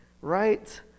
right